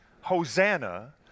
Hosanna